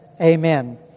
Amen